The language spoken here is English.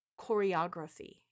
Choreography